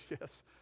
yes